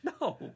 No